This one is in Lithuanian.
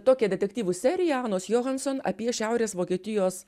tokią detektyvų seriją anos johnson apie šiaurės vokietijos